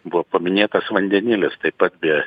buvo paminėtas vandenilis taip pat be